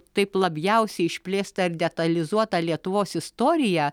taip labiausiai išplėstą ir detalizuotą lietuvos istoriją